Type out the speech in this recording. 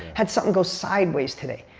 had something go sideways today.